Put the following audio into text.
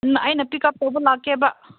ꯑꯩꯅ ꯄꯤꯛꯑꯞ ꯇꯧꯕ ꯂꯥꯛꯀꯦꯕ